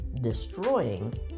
destroying